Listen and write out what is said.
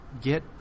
get